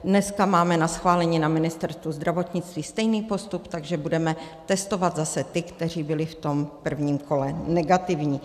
Dneska máme na schválení na Ministerstvu zdravotnictví stejný postup, takže budeme testovat zase ty, kteří byli v tom prvním kole negativní.